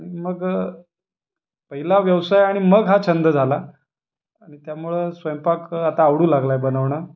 आणि मग पहिला व्यवसाय आणि मग हा छंद झाला आणि त्यामुळं स्वयंपाक आता आवडू लागला आहे बनवणं